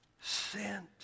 sent